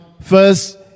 first